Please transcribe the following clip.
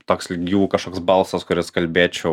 toks jų kažkoks balsas kuris kalbėčiau